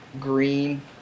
green